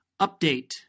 update